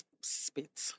spit